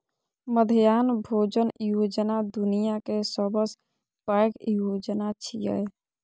मध्याह्न भोजन योजना दुनिया के सबसं पैघ योजना छियै